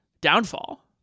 downfall